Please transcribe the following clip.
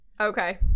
Okay